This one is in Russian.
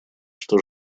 что